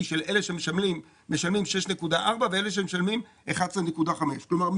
של אלה שמשלמים 6.4 ואלה שמשלמים 11.5. כלומר,